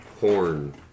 horn